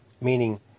meaning